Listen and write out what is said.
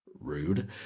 Rude